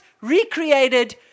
recreated